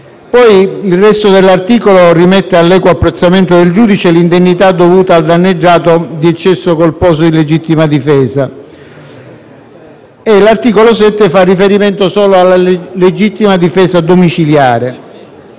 Il resto dell'articolo rimette all'equo apprezzamento del giudice l'indennità dovuta al danneggiato di eccesso colposo di legittima difesa. L'articolo 7 fa riferimento solo alla legittima difesa domiciliare,